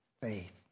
faith